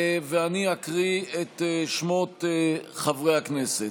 אני אקרא בשמות חברי הכנסת.